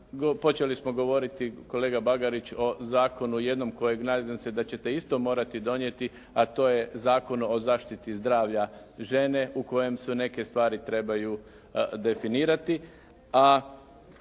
Počeli smo govoriti kolega Bagarić o zakonu jednog kojeg nadam se da ćete isto morati donijeti a to je Zakon o zaštiti zdravlja žene u kojem se neke stvari trebaju definirati.